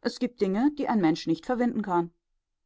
es gibt dinge die ein mensch nicht verwinden kann